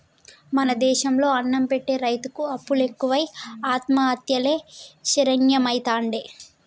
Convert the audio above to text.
మన దేశం లో అన్నం పెట్టె రైతుకు అప్పులు ఎక్కువై ఆత్మహత్యలే శరణ్యమైతాండే